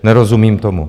Nerozumím tomu.